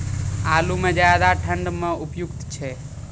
आलू म ज्यादा ठंड म उपयुक्त छै?